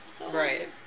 Right